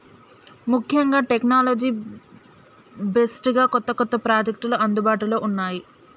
ముఖ్యంగా technology based గా కొత్త కొత్త ప్రాజెక్టులు అందుబాటులో ఉన్నాయి